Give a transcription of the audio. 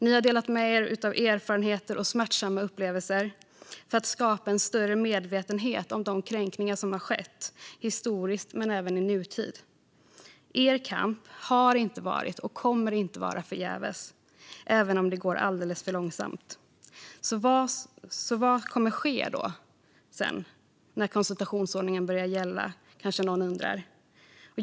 Ni har delat med er av erfarenheter och smärtsamma upplevelser för att skapa en större medvetenhet om de kränkningar som skett historiskt men även i nutid. Er kamp har inte varit och kommer inte att vara förgäves, även om det går alldeles för långsamt. Vad kommer då att ske när konsultationsordningen börjar gälla, kanske någon undrar.